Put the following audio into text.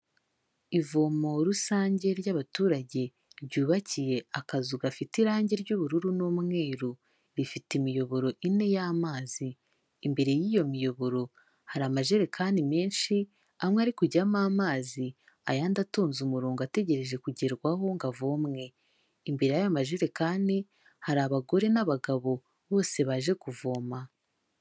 Ivomo rusange ry'abaturage, ryubakiye akazu gafite irangi ry'ubururu n'umweru, bifite imiyoboro ine y'amazi, imbere y'iyo miyoboro, hari amajerekani menshi, amwe ari kujyamo amazi, ayandi atonze umurongo ategereje kugerwaho ngo avomwe. Imbere y'ayo majerekani, hari abagore n'abagabo bose baje kuvoma.